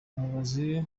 umuyobozi